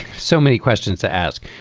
so many questions to ask.